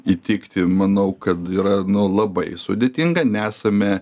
įtikti manau kad yra labai sudėtinga nesame